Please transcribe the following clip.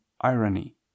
irony